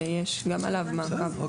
שיש גם עליו מעקב.